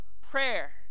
prayer